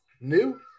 new